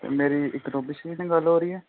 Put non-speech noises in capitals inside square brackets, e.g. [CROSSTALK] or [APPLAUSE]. ਅਤੇ ਮੇਰੀ ਇੱਕ [UNINTELLIGIBLE] ਸਿੰਘ ਨਾਲ ਗੱਲ ਹੋ ਰਹੀ ਹੈ